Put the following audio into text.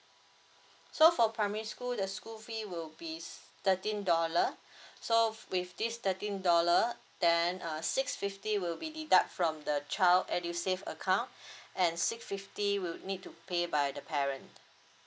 so for primary school the school fee would be thirteen dollar so with this thirteen dollar then err six fifty will be deduct from the child edusave account and six fifty will need to pay by the parent